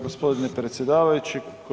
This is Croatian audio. Gospodine predsjedavajući.